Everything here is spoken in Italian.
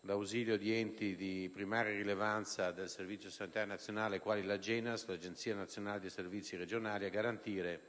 l'ausilio di enti di primaria rilevanza del Servizio sanitario nazionale, quali l'AGENAS (Agenzia nazionale per i servizi sanitari regionali), a garantire